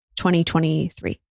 2023